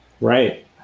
Right